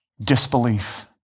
disbelief